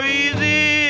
easy